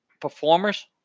performers